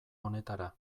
honetara